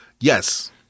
Yes